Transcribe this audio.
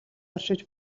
оршиж